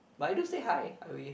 but I do say hi I wave